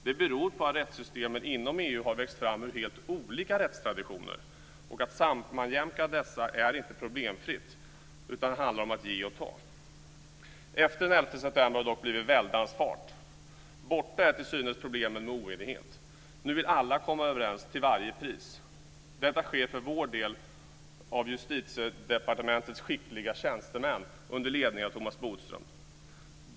Det beror på att rättssystemen inom EU har växt fram ur helt olika rättstraditioner, och att sammanjämka dessa är inte problemfritt. Det handlar om att ge och ta. Efter den 11 september har det dock blivit en väldans fart. Borta är till synes problemen med oenighet. Nu vill alla komma överens till varje pris. Detta sker för vår del genom Justitiedepartementets skickliga tjänstemän under ledning av Thomas Bodström.